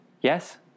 Yes